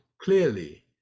clearly